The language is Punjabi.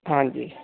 ਹਾਂਜੀ